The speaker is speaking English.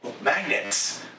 Magnets